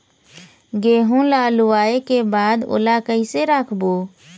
गेहूं ला लुवाऐ के बाद ओला कइसे राखबो?